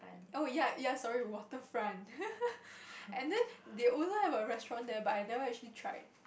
oh ya ya sorry Waterfront and then they also have a restaurant nearby that one I actually tried